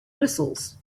whistles